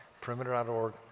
perimeter.org